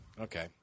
Okay